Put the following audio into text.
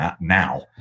now